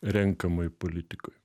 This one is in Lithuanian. renkamoj politikoj